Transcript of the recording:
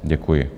Děkuji.